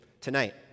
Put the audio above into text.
tonight